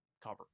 cover